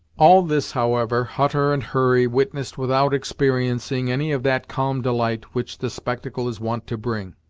all this, however, hutter and hurry witnessed without experiencing any of that calm delight which the spectacle is wont to bring,